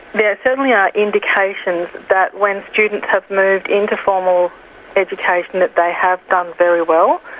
there certainly are indications that when students have moved into formal education that they have done very well,